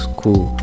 cool